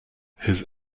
his